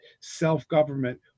self-government